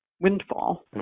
Windfall